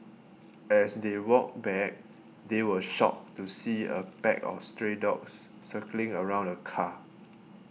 as they walked back they were shocked to see a pack of stray dogs circling around the car